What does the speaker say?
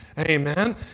Amen